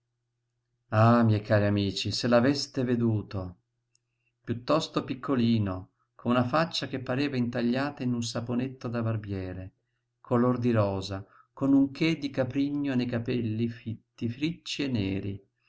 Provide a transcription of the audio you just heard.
ah miei cari amici se l'aveste veduto piuttosto piccolino con una faccia che pareva intagliata in un saponetto da barbiere color di rosa con un che di caprigno nei capelli fitti ricci e neri